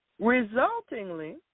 Resultingly